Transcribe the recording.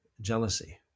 jealousy